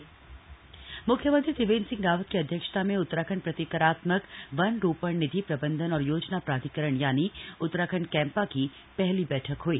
बैठक कैम्पा मुख्यमंत्री त्रिवेन्द्र सिंह रावत की अध्यक्षता में उत्तराखण्ड प्रतिकरात्मक वन रोपण निधि प्रबन्धन और योजना प्राधिकरण उत्तराखण्ड कैम्पा की पहली बैठक हई